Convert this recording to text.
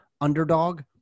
underdog